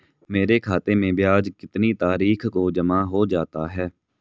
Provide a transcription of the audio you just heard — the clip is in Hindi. मेरे खाते में ब्याज कितनी तारीख को जमा हो जाता है?